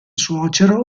suocero